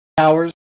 Hours